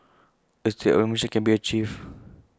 A state of remission can be achieved